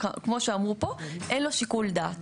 וכמו שאמרו פה, אין לו שיקול דעת.